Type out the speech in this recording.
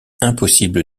impossible